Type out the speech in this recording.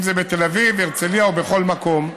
אם זה בתל אביב, בהרצליה או בכל מקום.